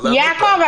יעקב,